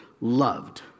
loved